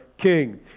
king